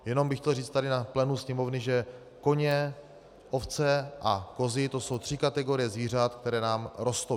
Jenom bych chtěl říct tady na plénu Sněmovny, že koně, ovce a kozy, to jsou tři kategorie zvířat, které nám rostou.